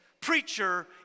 preacher